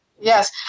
Yes